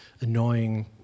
annoying